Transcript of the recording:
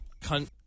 cunt